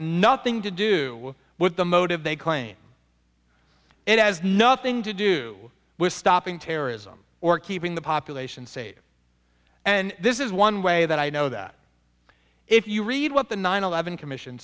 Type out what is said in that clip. nothing to do with the motive they claim it has nothing to do with stopping terrorism or keeping the population safe and this is one way that i know that if you read what the nine eleven commission